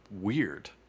weird